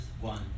one